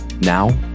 now